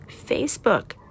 Facebook